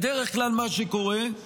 בדרך כלל מה שקורה זה